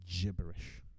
gibberish